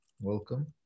Welcome